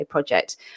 project